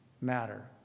matter